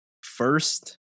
first